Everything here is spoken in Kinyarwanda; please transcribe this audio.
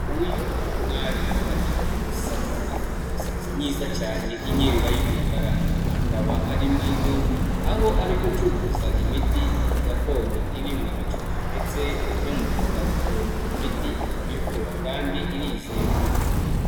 Uyu ni umwari utagira uko usa afite imisatsi myiza cyane inyerera y'umukara, akaba ari mu iduka aho ari gucuruza imiti gakondo iri mu ducupa, ndetse no mu dukarito, iyi miti ikaba ivura kandi irizewe.